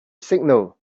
signal